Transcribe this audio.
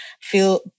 feel